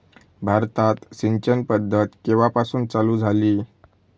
भारतात सिंचन पद्धत केवापासून चालू झाली?